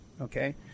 okay